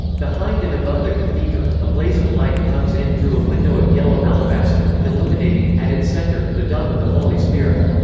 behind and above the cathedra, a blaze of light comes in through a window of yellow alabaster, illuminating, at its center, the dove of the holy spirit.